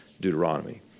Deuteronomy